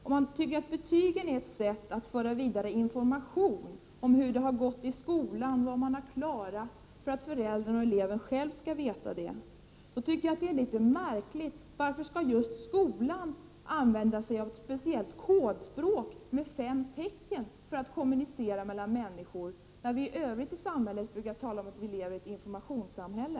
Om man tycker att betygen är ett sätt att föra vidare information om hur det har gått i skolan och vad som har klarats av, för att föräldrarna och eleven själv skall veta det, tycker jag det är märkligt att just skolan skall använda sig av ett speciellt kodspråk med fem tecken för att kommunicera mellan människor, när vi andra brukar tala om att vi lever i ett informationssamhälle.